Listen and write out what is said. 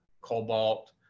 cobalt